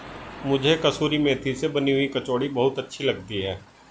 मुझे कसूरी मेथी से बनी हुई कचौड़ी बहुत अच्छी लगती है